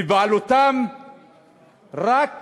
בבעלותם רק